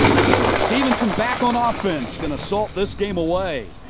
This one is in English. so stephenson back on ah offense. going to salt this game away.